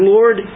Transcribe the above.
Lord